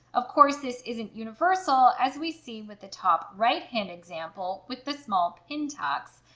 of course this isn't universal as we see with the top right hand example with the small pin tucks